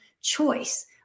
choice